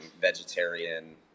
vegetarian